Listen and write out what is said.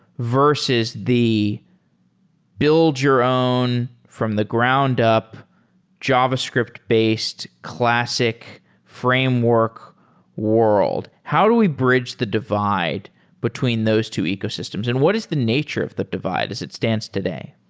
versus the build your own from the ground-up javascript-based classic framework world? how do we bridge the divide between those two ecosystems and what is the nature of the divide as it stands today?